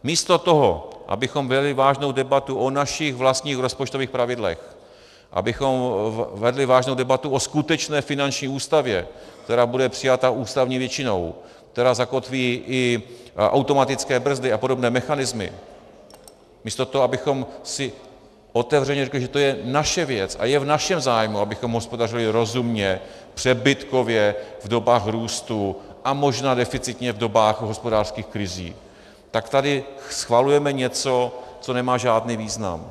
Místo toho, abychom vedli vážnou debatu o našich vlastních rozpočtových pravidlech, abychom vedli vážnou debatu o skutečné finanční ústavě, která bude přijata ústavní většinou, která zakotví i automatické brzdy a podobné mechanismy, místo toho, abychom si otevřeně řekli, že to je naše věc a je v našem zájmu, abychom hospodařili rozumně, přebytkově v dobách růstu a možná deficitně v dobách hospodářských krizí, tak tady schvalujeme něco, co nemá žádný význam.